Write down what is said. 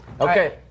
okay